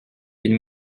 une